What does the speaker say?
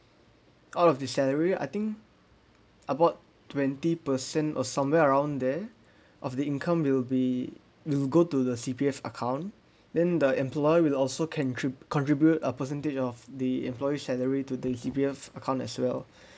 out of the salary I think about twenty percent or somewhere around there of the income will be will go to the C_P_F account then the employer will also can contribute a percentage of the employee's salary to the C_P_F account as well